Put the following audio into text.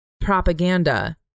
propaganda